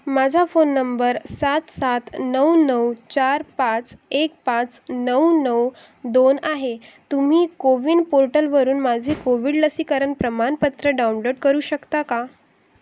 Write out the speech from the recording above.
माझा phone number सात सात नऊ नऊ चार पाच एक पाच नऊ नऊ दोन आहे तुम्ही कोविन पोर्टलवरून माझे कोविड लसीकरण प्रमाणपत्र डाउनलोड करू शकता का